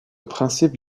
principe